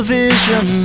vision